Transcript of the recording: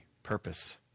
Purpose